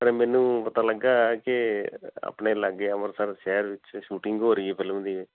ਪਰ ਮੈਨੂੰ ਪਤਾ ਲੱਗਾ ਕਿ ਆਪਣੇ ਲਾਗੇ ਅੰਮ੍ਰਿਤਸਰ ਸ਼ਹਿਰ ਵਿੱਚ ਸ਼ੂਟਿੰਗ ਹੋ ਰਹੀ ਹੈ ਫਿਲਮ ਦੀ